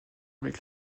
avec